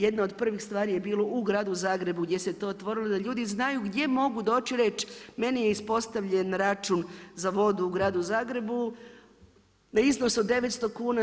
Jedna od prvih stvari je bilo u gradu Zagrebu gdje se to otvorilo da ljudi znaju gdje mogu doći i reći meni je ispostavljen račun za vodu u gradu Zagrebu na iznos od 900 kuna.